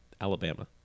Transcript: Alabama